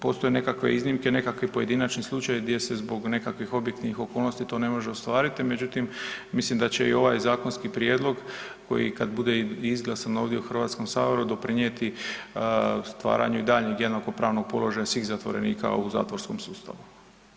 Postoje nekakve iznimke, nekakvi pojedinačni slučajevi gdje se zbog nekakvih objektivnih okolnosti to ne može ostvariti, međutim mislim da će i ovaj zakonski prijedlog koji kad bude izglasan ovdje u Hrvatskom saboru doprinijeti stvaranju i daljnjeg jednakopravnog položaja svih zatvorenika u zatvorskom sustavu.